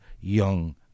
young